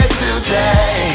today